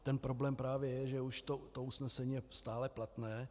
Ten problém právě je, že to usnesení je stále platné.